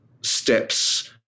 steps